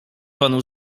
panu